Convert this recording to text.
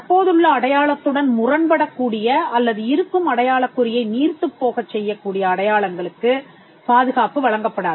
தற்போதுள்ள அடையாளத்துடன் முரண்படக் கூடிய அல்லது இருக்கும் அடையாளக் குறியை நீர்த்துப் போகச் செய்யக்கூடியஅடையாளங்களுக்கு பாதுகாப்பு வழங்கப்படாது